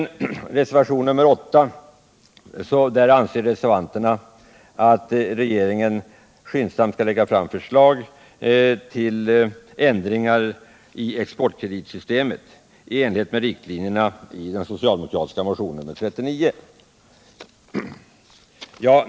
I reservationen 8 säger reservanterna att regeringen skyndsamt skall lägga fram förslag till ändringar i exportkreditsystemet i enlighet med riktlinjerna i den socialdemokratiska motionen 39.